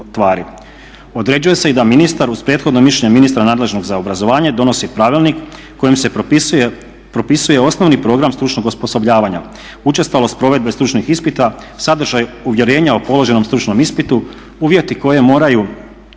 Određuje se i da ministar uz prethodno mišljenje ministra nadležnog za obrazovanje donosi pravilnik kojim se propisuje osnovni program stručnog osposobljavanja, učestalost provedbe stručnih ispita, sadržaj uvjerenja o položenom stručnom ispitu, uvjeti koje moraju